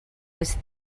was